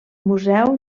museu